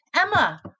Emma